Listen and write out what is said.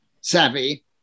savvy